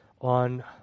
on